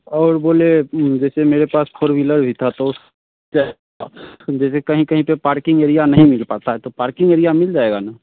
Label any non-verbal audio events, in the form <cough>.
और बोले जैसे मेरे पास फोर व्हीलर भी था तो <unintelligible> जैसे कहीं कहीं पर पार्किंग एरिया नहीं मिल पाता तो पार्किंग एरिया मिल जाएगा ना